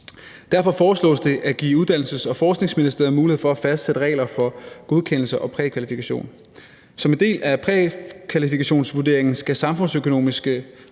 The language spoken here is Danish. Derfor foreslås det at give Uddannelses- og Forskningsministeriet mulighed for at fastsætte regler for godkendelse og prækvalifikation. Som en del af prækvalifikationsvurderingen skal samfundsøkonomiske,